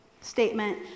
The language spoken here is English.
statement